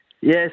Yes